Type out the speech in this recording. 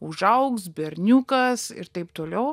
užaugs berniukas ir taip toliau